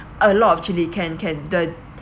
a lot of chili can can the